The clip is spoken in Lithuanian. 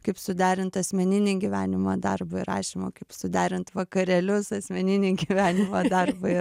kaip suderint asmeninį gyvenimą darbą ir rašymą kaip suderint vakarėlius asmeninį gyvenimą darbą ir